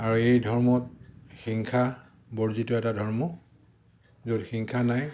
আৰু এই ধৰ্মত হিংসা বৰ্জিত এটা ধৰ্ম য'ত হিংসা নাই